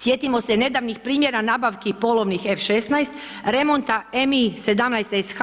Sjetimo se nedavnih primjera nabavki polovnih F-16, remonta Mi-17-SH